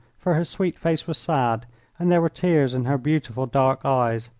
for her sweet face was sad and there were tears in her beautiful dark eyes.